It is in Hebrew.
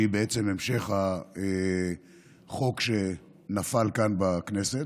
שהיא בעצם המשך החוק שנפל כאן בכנסת,